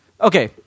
okay